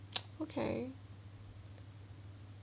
okay